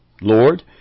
Lord